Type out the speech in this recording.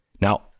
Now